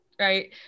right